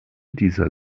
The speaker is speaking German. dieser